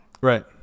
Right